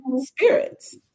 spirits